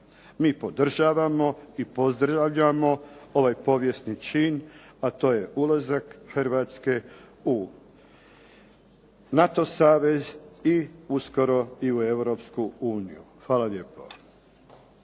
Mi podržavamo i pozdravljamo ovaj povijesni čin, a to je ulazak Hrvatske u NATO savez i uskoro i u Europsku uniju. Hvala lijepo.